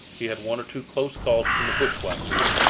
he had one or two close calls from the bushwhackers,